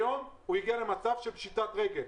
היום הוא הגיע למצב של פשיטת רגל.